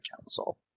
council